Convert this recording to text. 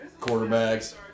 quarterbacks